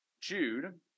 Jude